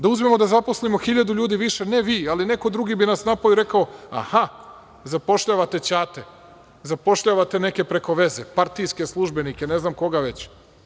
Da uzmemo da zaposlimo 1000 ljudi više, ne vi, ali neko drugi bi nas napao i rekao – a, ha, zapošljavate ćate, zapošljavate neke preko veze, partijske službenike, ne znam koga već.